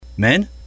Men